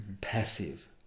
passive